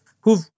who've